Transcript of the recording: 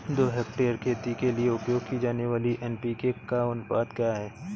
दो हेक्टेयर खेती के लिए उपयोग की जाने वाली एन.पी.के का अनुपात क्या है?